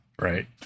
right